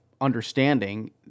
understanding